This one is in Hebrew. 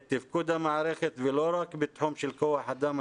תפקוד המערכת ולא רק בתחום של כוח אדם,